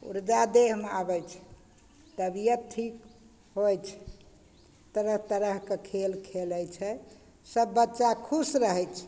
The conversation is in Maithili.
उर्जा देहमे आबय छै तबियत ठीक होइ छै तरह तरहके खेल खेलय छै सब बच्चा खुश रहय छै